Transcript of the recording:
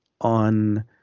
on